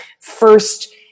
first